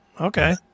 Okay